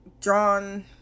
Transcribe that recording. drawn